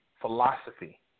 philosophy